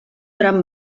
gran